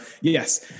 yes